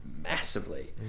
massively